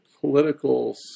political